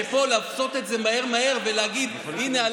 לעשות את זה פה מהר מהר ולהגיד: הינה,